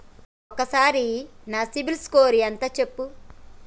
ఒక్కసారి నా సిబిల్ స్కోర్ ఎంత చెప్పు?